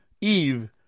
Eve